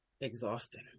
Exhausting